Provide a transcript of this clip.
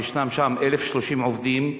יש שם 1,030 עובדים,